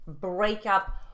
breakup